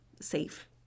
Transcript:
safe